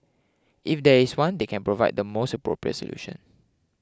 if there is one they can provide the most appropriate solution